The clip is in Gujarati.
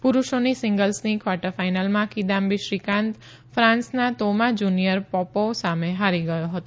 પુરુષોની સિંગલ્સની કવાર્ટર ફાઇનલમાં કિદામ્બી શ્રીકાંત ફાંસના તોમા જુનીયર પોપોવ સામે હારી ગયો હતો